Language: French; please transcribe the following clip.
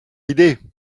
idée